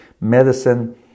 medicine